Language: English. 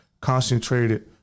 concentrated